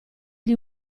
gli